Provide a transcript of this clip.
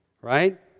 Right